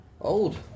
Old